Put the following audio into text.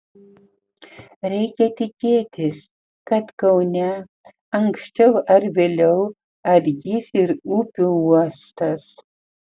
reikia tikėtis kad kaune anksčiau ar vėliau atgis ir upių uostas